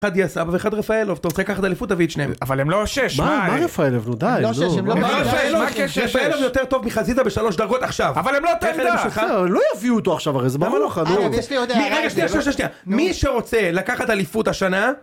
אחד יסאב ואחד רפאלוב, אתה רוצה לקחת אליפות, תביא את שניהם. אבל הם לא שש! מה, מה רפאלוב? לא, די, לא. רפאלוב יותר טוב מחזיזה בשלוש דרגות עכשיו! אבל הם לא אותה עמדה! לא יביאו אותו עכשיו, הרי זה ברור לך, נו. רגע, שנייה, שנייה, שנייה, שנייה. מי שרוצה לקחת אליפות השנה...